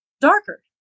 darker